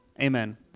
amen